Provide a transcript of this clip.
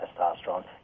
testosterone